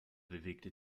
bewegte